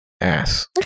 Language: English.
ass